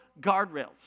guardrails